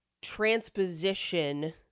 transposition